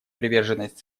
приверженность